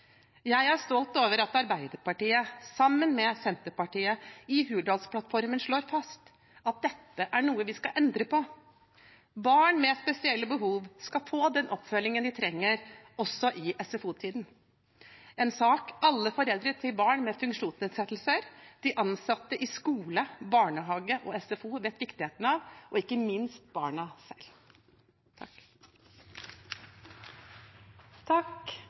Jeg er stolt over at Arbeiderpartiet sammen med Senterpartiet i Hurdalsplattformen slår fast at dette er noe vi skal endre på. Barn med spesielle behov skal få den oppfølgingen de trenger også i SFO-tiden – en sak alle foreldre til barn med funksjonsnedsettelser og de ansatte i skole, barnehage og SFO vet viktigheten av, og ikke minst barna selv.